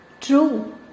True